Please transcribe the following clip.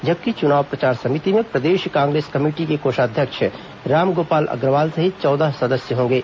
जबकि चुनाव प्रचार समिति में प्रदेश कांग्रेस कमेटी के कोषाध्यक्ष रामगोपाल अग्रवाल सहित चौदह सदस्य होंगे